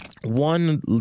One